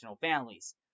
families